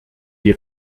die